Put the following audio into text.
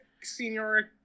senior